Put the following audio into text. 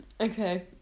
okay